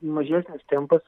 mažesnis tempas